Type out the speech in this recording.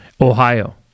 Ohio